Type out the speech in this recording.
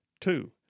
Two